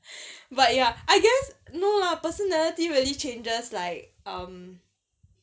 but ya I guess no lah personality really changes like um